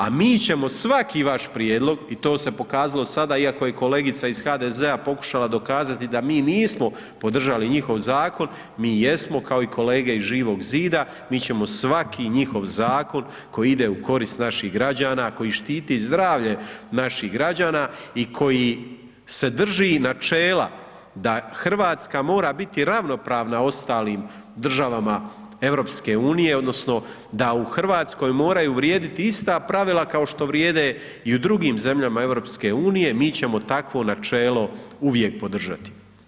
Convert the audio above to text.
A mi ćemo svaki vaš prijedlog i to se pokazalo sada iako je kolegica iz HDZ-a pokušala dokazati da mi nismo podržali njihov zakon, mi jesmo, kao i kolege iz Živog zida, mi ćemo svaki njihov zakon koji ide u korist naših građana, koji štiti zdravlje naših građana i koji se drži načela da RH mora biti ravnopravna ostalim državama EU odnosno da u RH moraju vrijediti ista pravila kao što vrijede i u drugim zemljama EU, mi ćemo takvo načelo uvijek podržati.